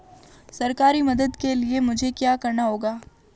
सरकारी मदद के लिए मुझे क्या करना होगा?